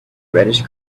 reddish